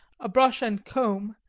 a brush and comb,